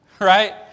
right